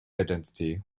identity